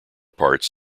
parts